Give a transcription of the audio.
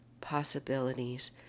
possibilities